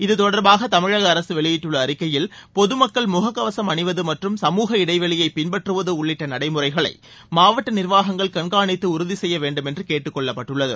இது தொடர்பாக தமிழக அரசு வெளியிட்டுள்ள அறிக்கையில் பொது மக்கள் முகக்கவசம் அணிவது மற்றும் சமுக இடைவெளியை பின்பற்றுவது உள்ளிட்ட நடைமுறைகளை மாவட்ட நிர்வாகங்கள் கண்காணித்து உறுதி செய்ய வேண்டும் என்று கேட்டுக்கொள்ளப்பட்டுள்ளது